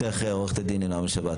ברשותך, עו"ד נעה בן שבת.